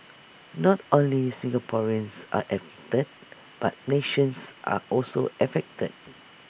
not only Singaporeans are affected but Malaysians are also affected